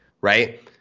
right